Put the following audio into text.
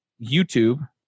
YouTube